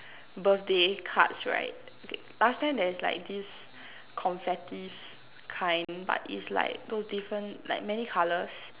birthday cards right last time there's like this confetti kind but is like those different like many colors